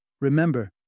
Remember